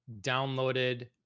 downloaded